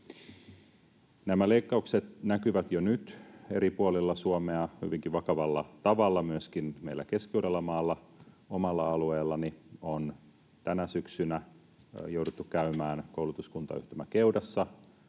Nämä leikkaukset näkyvät jo nyt eri puolilla Suomea hyvinkin vakavalla tavalla. Myöskin meillä Keski-Uudellamaalla, omalla alueellani, on tänä syksynä jouduttu käymään koulutuskuntayhtymä Keudassa